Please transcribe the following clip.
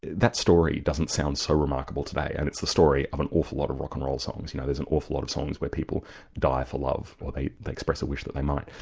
that story doesn't sound so remarkable today, and it's the story of an awful lot of rock n roll songs, you know there's an awful lot of songs where people die for love, or they they express a wish that they might.